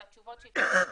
זה התשובות שהתקבלו אתמול.